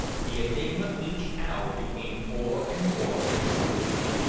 the enigma each hour became more and more inscrutable.